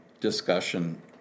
discussion